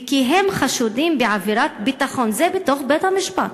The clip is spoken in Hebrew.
וכי הם חשודים בעבירת ביטחון, זה בתוך בית-המשפט,